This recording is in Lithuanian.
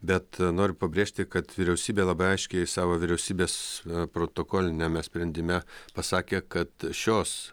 bet noriu pabrėžti kad vyriausybė labai aiškiai savo vyriausybės protokoliniame sprendime pasakė kad šios